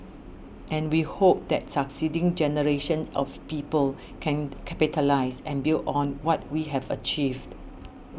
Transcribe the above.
and we hope that succeeding generations of people can capitalise and build on what we have achieved